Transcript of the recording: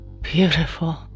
Beautiful